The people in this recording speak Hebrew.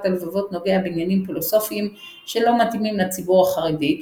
הלבבות נוגע בעניינים פילוסופים שלא מתאימים לציבור החרדי,